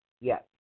Yes